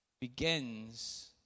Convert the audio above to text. begins